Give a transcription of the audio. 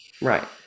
Right